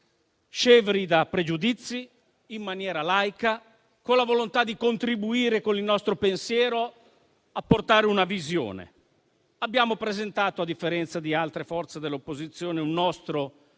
scevri da pregiudizi, in maniera laica, con la volontà di contribuire con il nostro pensiero e apportare una visione. Abbiamo presentato, a differenza di altre forze dell'opposizione, un nostro